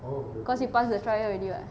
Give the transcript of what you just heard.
cause you pass the trial already [what]